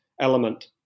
element